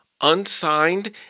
unsigned